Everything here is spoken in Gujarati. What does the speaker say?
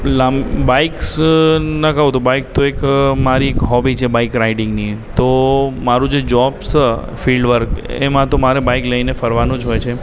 લાંબ બાઈક્સના કહું તો બાઇક તો એક મારી એક હૉબી છે બાઇક રાઇડિંગની તો મારૂં જે જૉબ છે ફિલ્ડ વર્ક એમાં તો મારે બાઇક લઈને ફરવાનું જ હોય છે